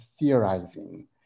theorizing